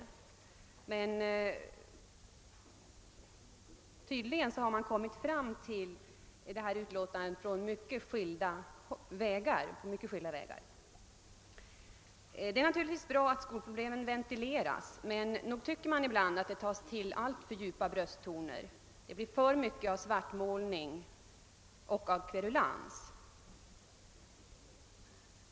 Tydligen har man emellertid kommit fram till detta utlåtande längs mycket skilda vägar. Det är bra att skolproblemen ventileras men nog tillgrips ibland alltför djupa brösttoner i den diskussionen. Det blir för mycket av svartmålning och kverulans.